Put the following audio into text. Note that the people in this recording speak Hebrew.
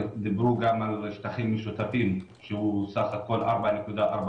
דיברו גם על שטחים משותפים, שהם בסך הכול 4.4%,